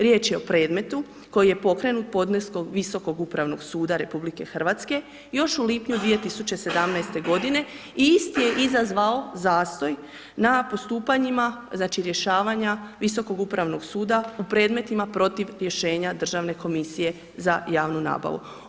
Riječ je o predmetu koji je pokrenut podneskom Visokog upravnog suda RH, još u lipnju 2017. godine i isti je izazvao zastoj na postupanjima, znači, rješavanja Visokog upravnog suda u predmetima protiv rješenja Državne komisije za javnu nabavu.